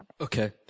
Okay